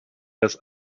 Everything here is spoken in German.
das